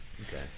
Okay